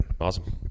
Awesome